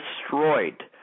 destroyed